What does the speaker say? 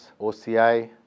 OCI